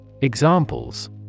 Examples